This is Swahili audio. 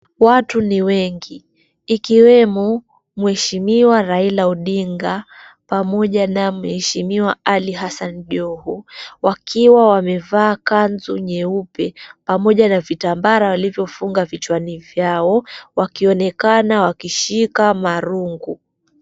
Watu ni wengi, ikiwemo, Mweshimiwa Raila Odinga pamoja na Mheshimiwa Ali Hassan Joho. Wakiwa wamevaa kanzu nyeupe pamoja na vitambara walivyofunga vichwani vyao, wakionekana wakishika marungu.